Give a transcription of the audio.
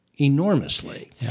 enormously